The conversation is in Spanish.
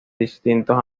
distintos